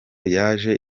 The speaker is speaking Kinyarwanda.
yaje